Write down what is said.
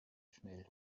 schnell